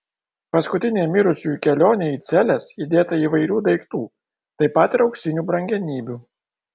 paskutinei mirusiųjų kelionei į celes įdėta įvairių daiktų taip pat ir auksinių brangenybių